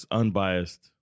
unbiased